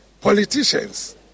politicians